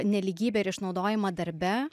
nelygybę ir išnaudojimą darbe